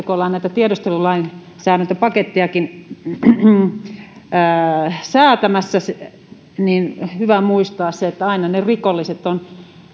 kun ollaan näitä tiedustelulainsäädäntöpakettejakin täällä nytten säätämässä meidän on hyvä muistaa se että aina ne rikolliset ovat